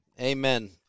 amen